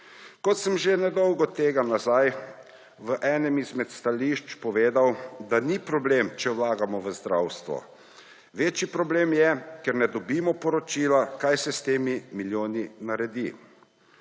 Kot sem že nedolgo nazaj v enem izmed stališč povedal, da ni problem, če vlagamo v zdravstvo; večji problem je, ker ne dobimo poročila, kaj se s temi milijoni naredi.